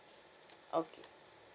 okay